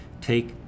take